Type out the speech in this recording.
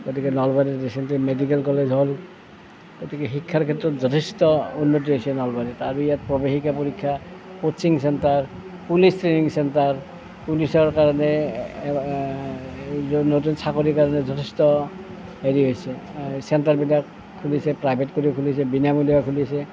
গতিকে নলবাৰীত recently medical college হ'ল গতিকে শিক্ষাৰ ক্ষেত্ৰত যথেষ্ট উন্নতি হৈছে নলবাৰীত আৰু ইয়াত প্ৰৱেশিকা পৰীক্ষা coaching centre police training centre পুলিচৰ কাৰণে নতুন চাকৰি কাৰণে যথেষ্ট হেৰি হৈছে চেণ্টাৰবিলাক খুলিছে প্ৰাইভেট কলেজ খুলিছে বিনামূলীয়া খুলিছে